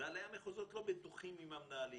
מנהלי המחוזות לא בטוחים עם המנהלים,